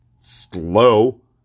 slow